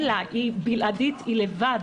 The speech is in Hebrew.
היא לבד,